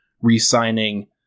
re-signing